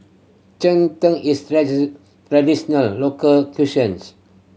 cheng tng is local